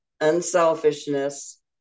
Unselfishness